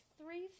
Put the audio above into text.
three